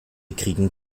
kriegen